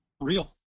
real